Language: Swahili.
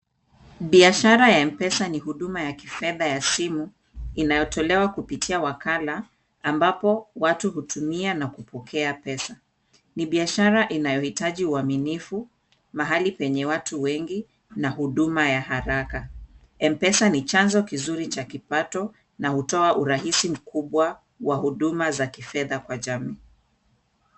Biashara ya [M-pesa] ni huduma ya kifedha ya simu inayotolewa kupitia wakala ambapo watu hutumia na kupokea pesa. Ni biashara inayohitaji uaminifu, mahali penye watu wengi na huduma ya haraka. [M-pesa] ni chanjo kizuri cha kipato na hutoa urahisi mkubwa wa huduma za kifedha kwa jamii.